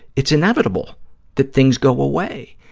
it's inevitable that things go away.